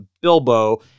bilbo